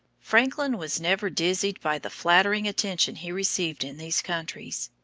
franklin was never dizzied by the flattering attention he received in these countries.